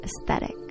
aesthetic